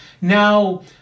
Now